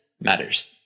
matters